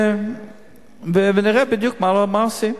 ונראה בדיוק מה עושים,